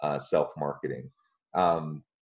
self-marketing